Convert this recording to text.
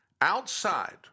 Outside –